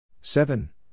Seven